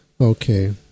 Okay